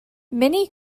many